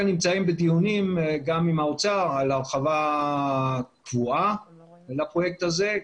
נמצאים בדיונים גם עם האוצר על הרחבה קבועה בפרויקט הזה.